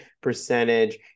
percentage